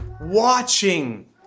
watching